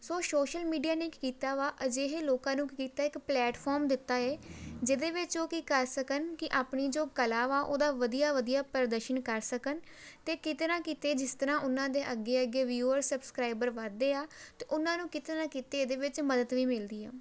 ਸੋ social media ਨੇ ਕੀ ਕੀਤਾ ਵਾ ਅਜਿਹੇ ਲੋਕਾਂ ਨੂੰ ਕੀ ਕੀਤਾ ਇੱਕ ਪਲੈਟਫਾਰਮ ਦਿੱਤਾ ਹੈ ਜਿਹਦੇ ਵਿੱਚ ਉਹ ਕੀ ਕਰ ਸਕਣ ਕਿ ਆਪਣੀ ਜੋ ਕਲਾ ਵਾ ਉਹਦਾ ਵਧੀਆ ਵਧੀਆ ਪ੍ਰਦਰਸ਼ਨ ਕਰ ਸਕਣ ਅਤੇ ਕਿਤੇ ਨਾ ਕਿਤੇ ਜਿਸ ਤਰ੍ਹਾਂ ਉਹਨਾਂ ਦੇ ਅੱਗੇ ਅੱਗੇ ਵਿਊਅਰ ਸਬਸਕ੍ਰਾਈਬਰ ਵੱਧਦੇ ਆ ਤਾਂ ਉਹਨਾਂ ਨੂੰ ਕਿਤੇ ਨਾ ਕਿਤੇ ਇਹਦੇ ਵਿੱਚ ਮਦਦ ਵੀ ਮਿਲਦੀ ਹੈ